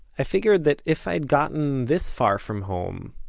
i figured that if i'd gotten this far from home,